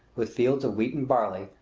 with fields of wheat and barley,